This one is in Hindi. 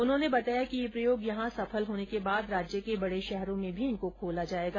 उन्होंने बताया कि ये प्रयोग यहां सफल होने के बाद राज्य के बड़े शहरों में भी इनको खोला जाएगा